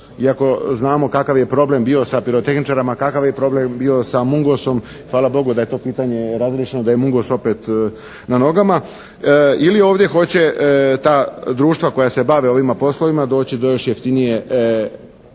iako znamo kakav je problem bio sa pirotehničarima, kakav je problem bio sa "Mungosom", hvala Bogu da je to pitanje razriješeno, da je "Mungos" opet na nogama. Ili ovdje hoće ta društva koja se bave ovima poslovima doći do još jeftinije radne